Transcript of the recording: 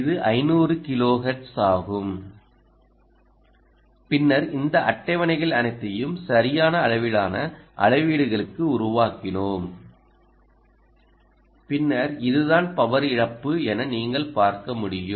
இது 500 கிலோஹெர்ட்ஸ் ஆகும் பின்னர் இந்த அட்டவணைகள் அனைத்தையும் சரியான அளவிலான அளவீடுகளுக்கு உருவாக்கினோம் பின்னர் இதுதான் பவர் இழப்பு என நீங்கள் பார்க்க முடியும்